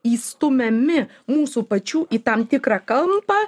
įstumiami mūsų pačių į tam tikrą kampą